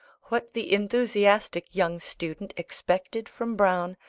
what the enthusiastic young student expected from browne,